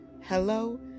Hello